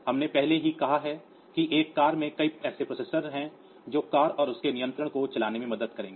हमने पहले ही कहा है कि एक कार में कई ऐसे प्रोसेसर हैं जो कार और उसके नियंत्रण को चलाने में मदद करेंगे